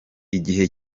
igihe